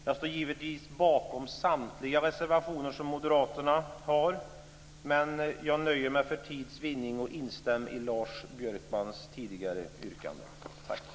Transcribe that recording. Jag står givetvis bakom samtliga reservationer som moderaterna har avgivit, men jag nöjer mig för tids vinning med att instämma i Lars Björkmans tidigare yrkanden.